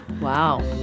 Wow